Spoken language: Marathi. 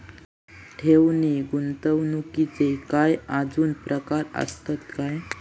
ठेव नी गुंतवणूकचे काय आजुन प्रकार आसत काय?